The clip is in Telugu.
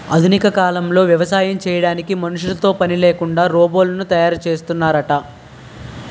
ఆధునిక కాలంలో వ్యవసాయం చేయడానికి మనుషులతో పనిలేకుండా రోబోలను తయారు చేస్తున్నారట